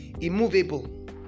immovable